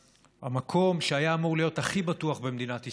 המקום שהיה אמור להיות הכי בטוח במדינת ישראל,